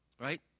Right